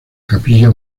capilla